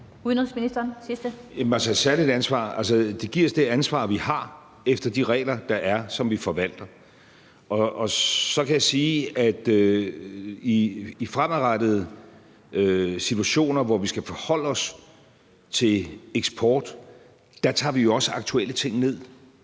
det giver os det ansvar, vi har efter de regler, der er, som vi forvalter. Så kan jeg sige, at i de fremtidige situationer, hvor vi skal forholde os til eksport, tager vi jo også aktuelle ting ned,